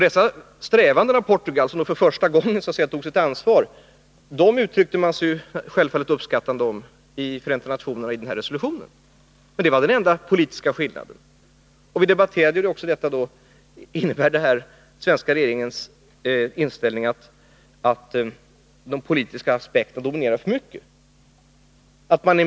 Dessa strävanden av Portugal uttryckte man sig självfallet uppskattande om i resolutionen, men det var den enda politiska skillnaden i den. Innebär den svenska regeringens inställning att de politiska aspekterna dominerade för mycket?